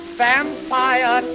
vampire